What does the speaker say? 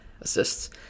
assists